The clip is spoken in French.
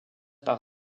par